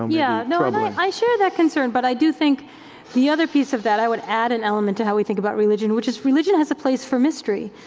yeah, no, and ah but like i share that concern, but i do think the other piece of that, i would add an element to how we think about religion, which is religion has a place for mystery.